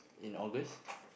in August